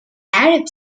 arab